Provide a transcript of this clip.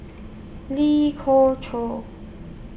Lee Khoon Choy